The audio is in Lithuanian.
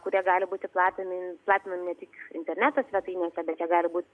kurie gali būti platinami platinami ne tik interneto svetainėse bet jie gali būti